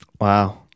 Wow